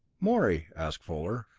morey, asked fuller,